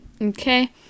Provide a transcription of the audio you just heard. okay